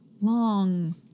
long